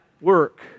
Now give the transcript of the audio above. work